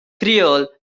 creole